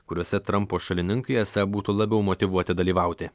kuriuose trampo šalininkai esą būtų labiau motyvuoti dalyvauti